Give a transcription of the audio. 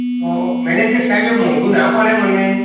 તો મેનેજર સાહેબ એ મોંઘું ના પડે મને